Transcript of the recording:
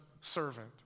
servant